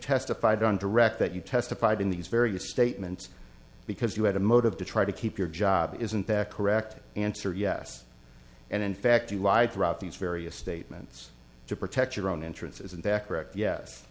testified on direct that you testified in these various statements because you had a motive to try to keep your job isn't that correct answer yes and in fact you lied throughout these various statements to protect your own interests as and that correct yes